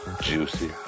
Juicy